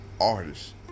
Artist